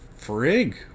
frig